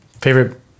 Favorite